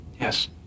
Yes